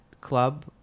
club